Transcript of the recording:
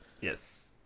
Yes